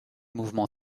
mouvements